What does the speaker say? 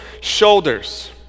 shoulders